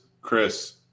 Chris